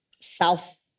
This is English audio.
self